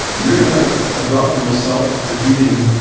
you're going to adopt the most self-defeating,